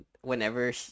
whenever